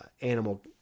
animal